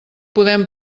podem